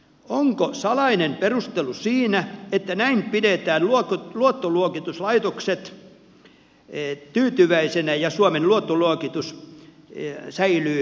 onko salainen perustelu siinä että näin pidetään luottoluokituslaitokset tyytyväisinä ja suomen luottoluokitus säilyy erinomaisena